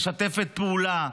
משתפת פעולה,